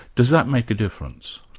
does that make a difference?